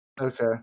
Okay